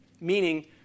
meaning